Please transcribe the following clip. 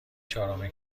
چهارم